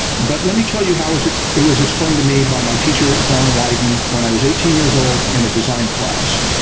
but let me tell you how it it was explained to me by my teacher don wyden when i was eighteen years old in a design class.